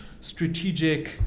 strategic